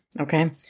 Okay